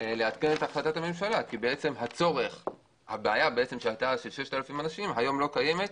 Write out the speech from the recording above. לעדכן את החלטת הממשלה כי הבעיה של 6,000 אנשים לא קיימת,